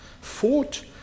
fought